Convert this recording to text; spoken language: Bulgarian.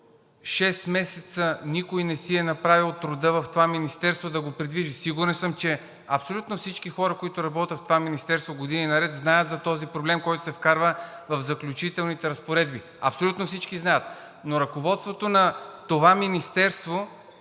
месеца никой не си е направил труда в това министерство да го придвижи. Сигурен съм, че абсолютно всички хора, които работят в това министерство, години наред знаят за този проблем, който се вкарва в Заключителните разпоредби, абсолютно всички знаят. Но ръководството на това министерство,